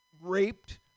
raped